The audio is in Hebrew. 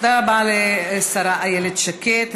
תודה רבה לשרה איילת שקד.